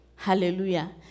Hallelujah